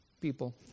People